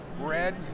red